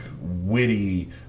witty